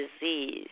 disease